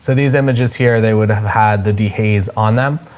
so these images here, they would have had the d hayes on them,